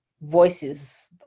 voices